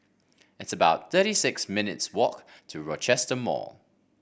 it's about thirty six minutes' walk to Rochester Mall